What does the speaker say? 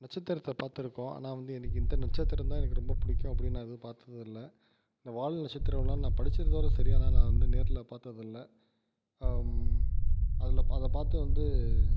நட்சத்திரத்தை பார்த்துருக்கோம் ஆனால் வந்து எனக்கு இந்த நட்சத்திரந்தான் எனக்கு ரொம்ப பிடிக்கும் அப்படின்னு நான் எதுவும் பார்த்ததில்ல இந்த வால் நட்சத்திரல்லாம் நான் படிச்சதோட சரி ஆனால் நான் வந்து நேரில் பார்த்ததில்ல அதில் பா அதை பார்த்து வந்து